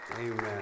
amen